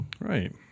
Right